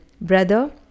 Brother